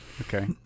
Okay